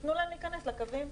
תנו להם להיכנס לקווים.